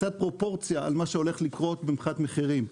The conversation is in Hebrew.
קצת פרופורציה על מה שהולך לקרות מבחינת מחירים.